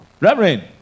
reverend